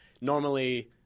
Normally